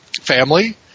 family